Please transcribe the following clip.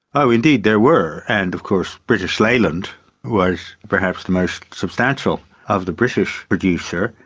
oh indeed there were, and of course british leyland was perhaps the most substantial of the british producers,